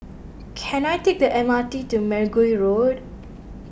can I take the M R T to Mergui Road